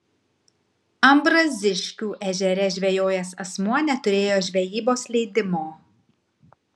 ambraziškių ežere žvejojęs asmuo neturėjo žvejybos leidimo